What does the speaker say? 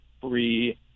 free